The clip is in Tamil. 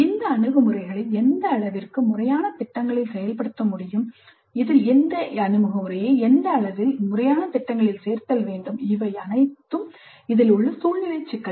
இந்த அணுகுமுறைகளை எந்த அளவிற்கு முறையான திட்டங்களில் செயல்படுத்த முடியும் இதில் இந்த அணுகுமுறைகளை எந்த அளவில் முறையான திட்டங்களில் சேர்த்தல் வேண்டும் இவை அனைத்தும் சூழ்நிலை சிக்கல்கள்